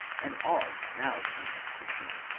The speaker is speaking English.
and all now in ecstasy.